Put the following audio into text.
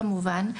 כמובן,